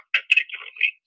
particularly